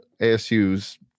ASU's